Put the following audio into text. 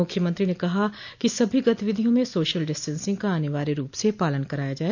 मुख्यमंत्री ने कहा कि सभी गतिविधियों में सोशल डिस्टंसिंग का अनिवार्य रूप से पालन कराया जाए